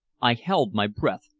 i held my breath,